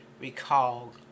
recall